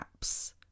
apps